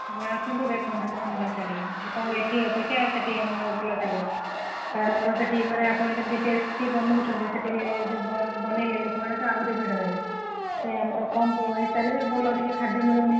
ଆପଣ ଆସନ୍ତୁ ଦେଖନ୍ତୁ ହଁ ଭଲ ଚାଲିବ ଆପଣଙ୍କୁ ଏଠି ଅପେକ୍ଷା ସେଠି ଆମର ଭଲ ଚାଲିବ କାରଣ ଆମର ସେଠି ମାନେ ଆପଣ ଯେମିତି ଟେଷ୍ଟି ବନଉଛନ୍ତି ସେଠି ଯ ବନେଇଲେ ଲୋକମାନେ ତ ଆହୁରି ଭିଡ଼ ହେବେ ସେ ଆମର କମ୍ ପଇସାରେ ବି ଭଲ ଟିକେ ଖାଦ୍ୟ ମିଳୁନି